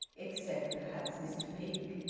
except perhaps mr peake.